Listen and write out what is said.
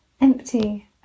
empty